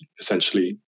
essentially